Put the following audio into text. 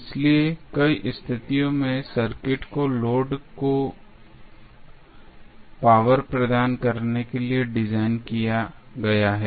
इसलिए कई स्थितियों में सर्किट को लोड को पावर प्रदान करने के लिए डिज़ाइन किया गया है